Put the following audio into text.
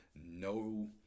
no